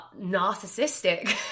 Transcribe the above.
narcissistic